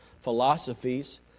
philosophies